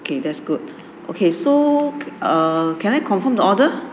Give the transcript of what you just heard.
okay that's good okay so err can I confirm the order